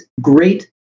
great